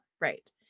Right